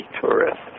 tourists